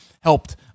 helped